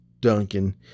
Duncan